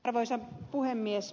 arvoisa puhemies